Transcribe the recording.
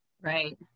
Right